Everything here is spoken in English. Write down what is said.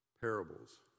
Parables